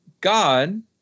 god